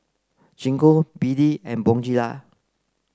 Gingko B D and Bonjela